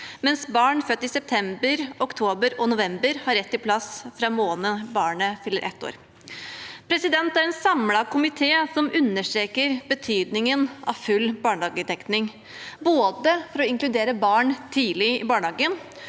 mens barn født i september, oktober og november har rett til plass fra den måneden barnet fyller ett år. Det er en samlet komité som understreker betydningen av full barnehagedekning, både for å inkludere barn tidlig i barnehagen